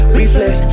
reflex